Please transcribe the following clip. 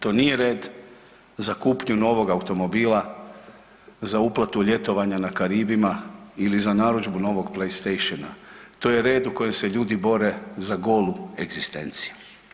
To nije red za kupnju novoga automobila, za uplatu ljetovanja na Karibima ili za narudžbu novog playstation to je red u kojem se ljudi bore za golu egzistenciju.